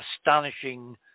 astonishing